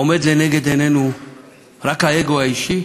עומד לנגד עינינו רק האגו האישי?